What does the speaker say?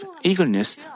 eagerness